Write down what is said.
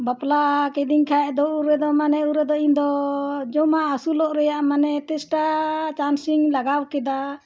ᱵᱟᱯᱞᱟ ᱠᱤᱫᱤᱧ ᱠᱷᱟᱱ ᱫᱚ ᱩᱱ ᱨᱮᱫᱚ ᱢᱟᱱᱮ ᱩᱱ ᱨᱮᱫᱚ ᱤᱧᱫᱚ ᱡᱚᱢᱟᱜ ᱟᱹᱥᱩᱞᱚᱜ ᱨᱮᱱᱟᱜ ᱢᱟᱱᱮ ᱪᱮᱥᱴᱟ ᱪᱟᱱᱥ ᱤᱧ ᱞᱟᱜᱟᱣ ᱠᱮᱫᱟ